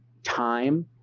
time